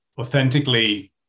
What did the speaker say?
authentically